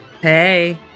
Hey